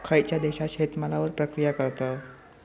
खयच्या देशात शेतमालावर प्रक्रिया करतत?